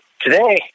today